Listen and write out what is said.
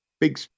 Big